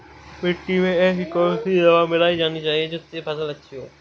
मिट्टी में ऐसी कौन सी दवा मिलाई जानी चाहिए जिससे फसल अच्छी हो?